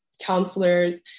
counselors